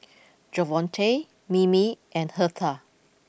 Javonte Mimi and Hertha